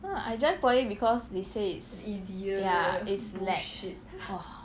ah I just poly because they say it's ya it's slack !wah!